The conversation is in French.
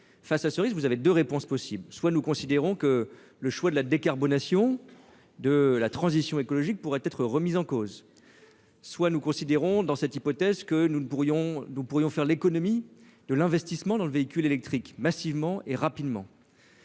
face à ce risque, vous avez de réponses possible, soit nous considérons que le choix de la décarbonation de la transition écologique pourrait être remise en cause, soit nous considérons dans cette hypothèse que nous ne pourrions nous pourrions faire l'économie de l'investissement dans le véhicule électrique massivement et rapidement.